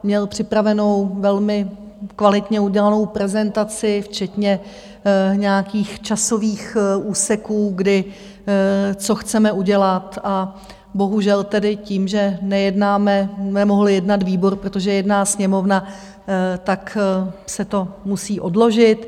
Měl připravenou velmi kvalitně udělanou prezentaci, včetně nějakých časových úseků, kdy co chceme udělat, a bohužel tedy tím, že nejednáme, nemohl jednat výbor, protože jedná Sněmovna, tak se to musí odložit.